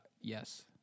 yes